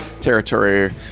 territory